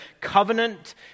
covenant